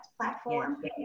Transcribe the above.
platform